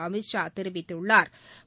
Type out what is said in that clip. Amit Shah தெிவித்துள்ளாா்